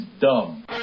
dumb